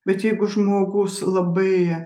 bet jeigu žmogus labai